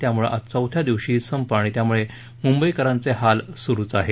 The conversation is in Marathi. त्यामुळे आज चौथ्या दिवशीही संप आणि त्यामुळे मुंबईकरांचे हालही सुरूच आहेत